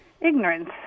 ignorance